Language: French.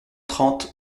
trente